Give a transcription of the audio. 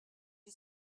you